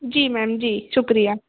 जी ma'am जी शुक्रिया